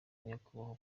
nyakubahwa